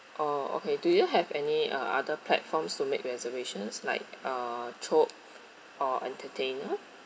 oh okay do you have any uh other platforms to make reservations like uh chope or entertainer